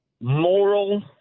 moral